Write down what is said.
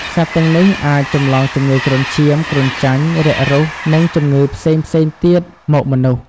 សត្វទាំងនេះអាចចម្លងជំងឺគ្រុនឈាម គ្រុនចាញ់ រាគរូស និងជំងឺផ្សេងៗទៀតមកមនុស្ស។